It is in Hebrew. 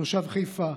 תושב חיפה,